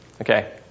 Okay